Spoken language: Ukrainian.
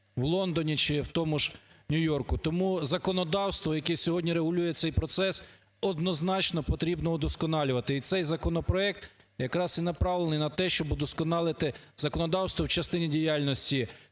в Лондоні чи в тому ж Нью-Йорку. Тому законодавство, яке сьогодні регулює цей процес, однозначно потрібно удосконалювати. І цей законопроект якраз і направлений на те, щоб удосконалити законодавство в частині діяльності